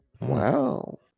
Wow